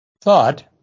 thought